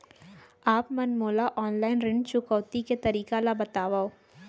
आप मन मोला ऑनलाइन ऋण चुकौती के तरीका ल बतावव?